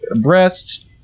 breast